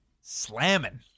Slamming